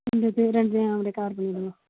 ரெண்டுத்தையும் ரெண்டுத்தையும் அப்படே கவர் பண்ணிடுங்க